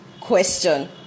question